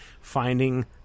finding